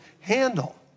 handle